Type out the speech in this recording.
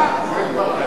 מה קרה, הם בחופשה?